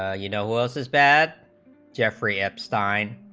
ah you know was as bad jeffrey epstein